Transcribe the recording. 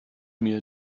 mir